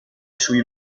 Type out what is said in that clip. sui